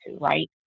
right